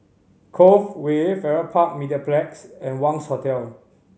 Cove Way Farrer Park Mediplex and Wangz Hotel